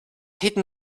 hidden